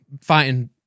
fighting